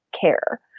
care